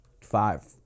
five